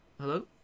Hello